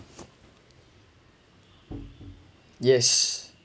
yes